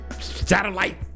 satellite